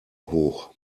hoch